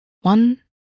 One